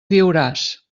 viuràs